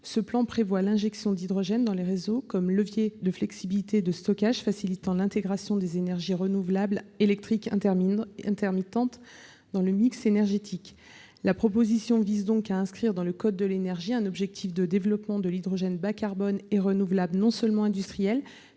Ce plan prévoit l'injection d'hydrogène dans les réseaux comme levier de flexibilité et de stockage, facilitant l'intégration des énergies renouvelables électriques intermittentes dans le mix énergétique. Le présent amendement vise donc à inscrire dans le code de l'énergie un objectif de développement du recours à l'hydrogène bas-carbone et renouvelable, pour les usages non seulement industriels,